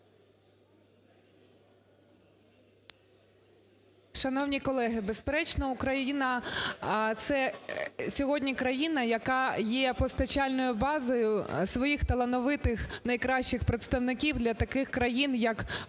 Шановні колеги! Безперечно, Україна, це сьогодні країна, яка є постачальною базою своїх талановитих найкращих представників для таких країн, як Польща,